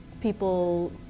people